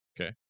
Okay